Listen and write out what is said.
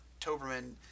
Toberman